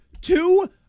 two